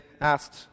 asked